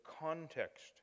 context